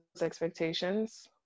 expectations